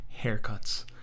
haircuts